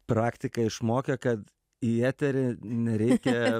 praktika išmokė kad į eterį nereikia